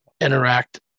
interact